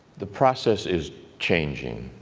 the process is changing.